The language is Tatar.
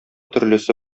төрлесе